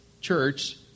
church